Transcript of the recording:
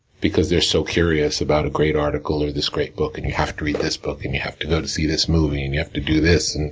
because they're so curious about a great article, or a great book, and you have to read this book, and you have to go to see this movie, and you have to do this, and